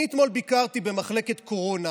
אני אתמול ביקרתי במחלקת קורונה